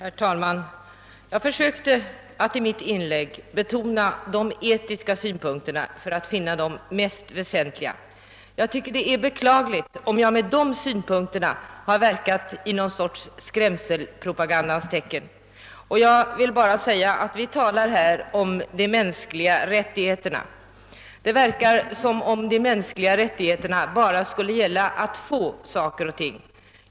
Herr talman! Jag försökte i mitt inlägg betona de etiska synpunkterna eftersom de är de mest väsentliga. Jag tycker att det är beklagligt om man menar att jag därmed verkat i någon skrämselpropagandas tecken. Vi talar här om de mänskliga rättigheterna. Det verkar som om de mänskliga rättigheterna bara skulle gälla att få saker och ting.